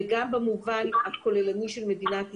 וגם במובן הכוללני של מדינת ישראל,